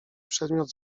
przedmiot